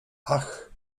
ach